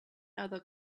other